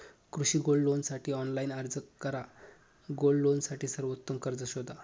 कृषी गोल्ड लोनसाठी ऑनलाइन अर्ज करा गोल्ड लोनसाठी सर्वोत्तम कर्ज शोधा